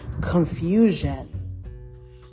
Confusion